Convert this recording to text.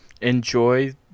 Enjoy